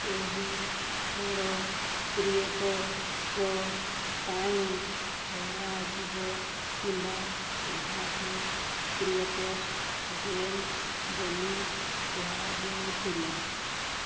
ଏହି ଖେଳ କ୍ରିଏଟର୍ଙ୍କ ପାଇଁ ଖେଳାଯିବ କିମ୍ବା ଏହାକୁ କ୍ରିଏଟର୍ସ୍ ଗେମ୍ ବୋଲି କୁହାଯାଉଥିଲା